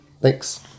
Thanks